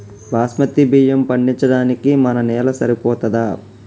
బాస్మతి బియ్యం పండించడానికి మన నేల సరిపోతదా?